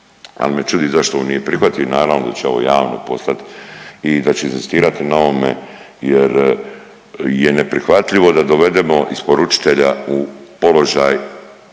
Ali me čudi zašto ovo nije prihvatio i naravno da ću ovo javno poslati i da ću inzistirati na ovome, jer je neprihvatljivo da dovedemo isporučitelja u položaj